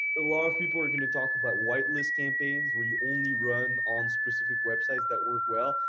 a lot of people are gonna talk about whitelist campaigns where you only run on specific websites that work well.